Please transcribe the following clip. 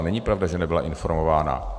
Není pravda, že nebyla informována.